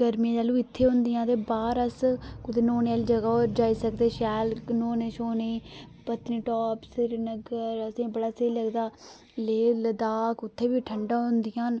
गर्मी तैह्लूं बी इत्थै होंदियां ते बाह्र अस कुतै नौह्ने आह्ली जगह् पर जाई सकदे शैल नौह्न्ने शौह्न्ने पत्नीटाप श्रीनगर असें बड़ा स्हेई लगदा लेह् लदाख उत्थै बी ठडां होंदियां न